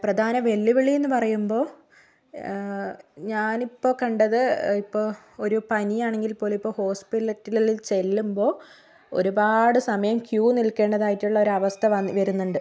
പ്രധാന വെല്ലുവിളി എന്ന് പറയുമ്പോൾ ഞാനിപ്പോൾ കണ്ടത് ഇപ്പോൾ ഒരു പനിയാണെങ്കിൽ പോലും ഇപ്പോൾ ഹോസ്പിറ്റലുകളിൽ ചെല്ലുമ്പോൾ ഒരുപാട് സമയം ക്യൂ നിൽക്കേണ്ടതായിട്ടുള്ള ഒരു അവസ്ഥ വന്നി വരുന്നുണ്ട്